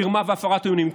על מרמה ועל הפרת אמונים,